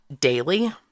daily